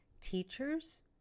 teachers